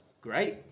Great